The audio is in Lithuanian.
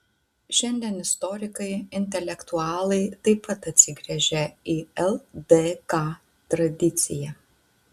šiandien istorikai intelektualai taip pat atsigręžią į ldk tradiciją